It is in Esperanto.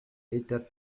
eta